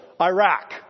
Iraq